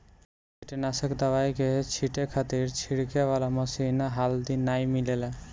कीटनाशक दवाई के छींटे खातिर छिड़के वाला मशीन हाल्दी नाइ मिलेला